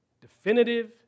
definitive